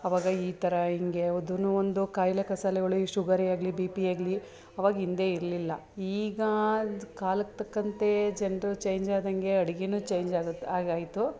ಅವಾಗ ಈ ಥರ ಹಿಂಗೆ ಯಾವುದೂ ಒಂದು ಕಾಯಿಲೆ ಕಸಾಲೆಗಳು ಈ ಶುಗರೇ ಆಗಲಿ ಬಿ ಪಿ ಆಗಲಿ ಅವಾಗ ಹಿಂದೆ ಇರಲಿಲ್ಲ ಈಗ ಕಾಲಕ್ಕೆ ತಕ್ಕಂತೆ ಜನರು ಚೇಂಜ್ ಆದಂತೆ ಅಡುಗೆನೂ ಚೇಂಜ್ ಆಗುತ್ತೆ ಆಗಾಯಿತು